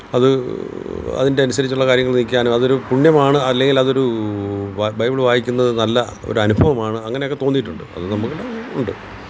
അത് അതിന്റെ അനുസരിച്ചുള്ള കാര്യങ്ങളിൽ നിൽക്കാനും അതൊരു പുണ്യമാണ് അല്ലെങ്കിലതൊരു ബൈബിള് വായിക്കുന്നത് നല്ല ഒരനുഭവമാണ് അങ്ങനെയൊക്കെ തോന്നിയിട്ടുണ്ട് അത് നമ്മൾക്ക് ഉണ്ട്